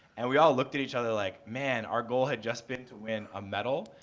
and we all looked at each other, like, man, our goal had just been to win a medal.